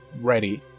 ready